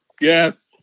yes